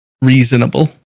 reasonable